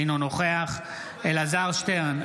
אינו נוכח אלעזר שטרן,